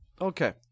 Okay